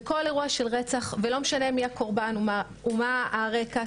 בכל אירוע של רצח ולא משנה מי הקורבן ומה הרקע,